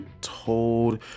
told